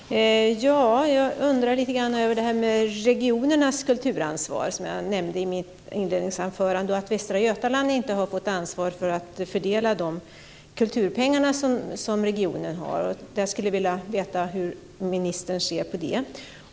Herr talman! Jag undrar lite grann över regionernas kulturansvar, som jag nämnde i mitt inledningsanförande, och att Västra Götaland inte har fått ansvar för att fördela de kulturpengar som regionen har. Jag skulle vilja veta hur ministern ser på det.